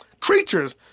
creatures